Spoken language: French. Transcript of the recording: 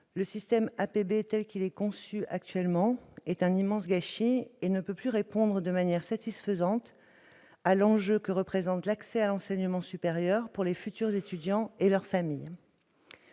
le système APB, tel qu'il est conçu actuellement, est un immense gâchis et ne peut plus répondre de manière satisfaisante à l'enjeu que représente l'accès à l'enseignement supérieur pour les futurs étudiants et leur famille.